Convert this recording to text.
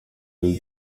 bihe